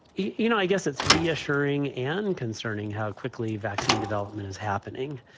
you know, i guess it's reassuring and concerning how quickly vaccine development is happening.